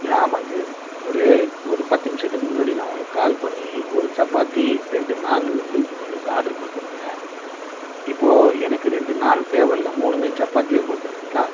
யா ஆமாங்க சார் ஒரு ஒரு பத்து நிமிஷத்துக்கு முன்னாடி நான் உங்களுக்கு கால் பண்ணி ஒரு சப்பாத்தி ரெண்டு நாண் வந்து உங்களுக்கு ஆர்டர் கொடுத்துருந்தேன் இப்போது எனக்கு ரெண்டு நாண் தேவையில்லை மூணுமே சப்பாத்தியாக கொடுத்துறிங்களா